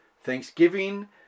thanksgiving